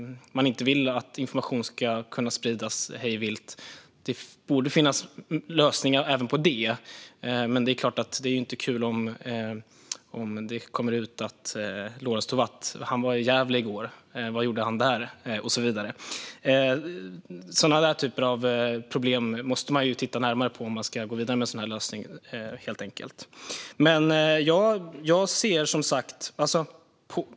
Man vill ju inte att information ska kunna spridas hej vilt. Det borde finnas lösningar även på det. Det är klart att det inte är kul om det kommer ut att Lorentz Tovatt var i Gävle i går, vad han gjorde där och så vidare. Den typen av problem måste man titta närmare på om man ska gå vidare med en sådan här lösning, helt enkelt.